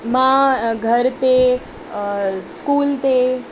मां घर ते स्कूल ते